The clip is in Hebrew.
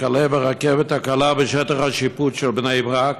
וכלה ברכבת הקלה בשטח השיפוט של בני ברק,